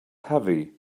heavy